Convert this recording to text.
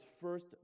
first